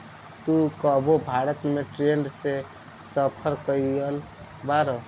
तू कबो भारत में ट्रैन से सफर कयिउल बाड़